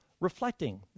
reflecting